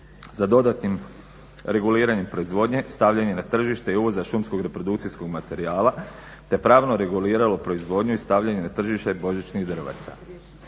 za dodatnim reguliranjem proizvodnje, stavljanje na tržište i uvoza šumskog reprodukcijskog materijala, te pravno reguliralo proizvodnju i stavljanje na tržište božićnih drvaca.